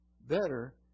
better